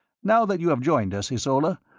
now that you have joined us, ysola,